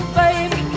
baby